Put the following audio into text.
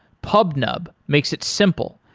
pubnub makes it simple,